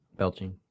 belching